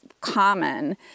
common